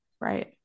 right